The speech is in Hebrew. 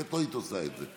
כי את לא היית עושה את זה.